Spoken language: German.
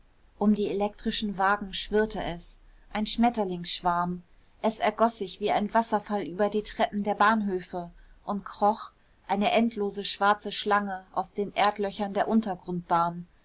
um die elektrischen wagen schwirrte es ein schmetterlingsschwarm es ergoß sich wie ein wasserfall über die treppen der bahnhöfe und kroch eine endlose schwarze schlange aus den erdlöchern der untergrundbahn